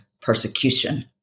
persecution